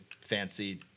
fancy